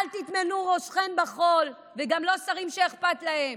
אל תטמנו ראשכן בחול, וגם לא השרים שאכפת להם.